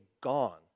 gone